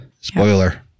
Spoiler